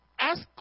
Ask